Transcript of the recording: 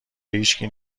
هیشکی